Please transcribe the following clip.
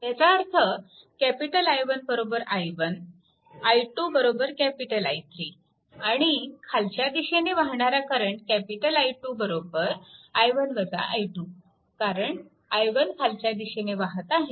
याचा अर्थ I1 i1 i2I3 आणि खालच्या दिशेने वाहणारा I2 i1 i2 कारण i1 खालच्या दिशेने वाहत आहे